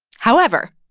however,